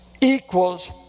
equals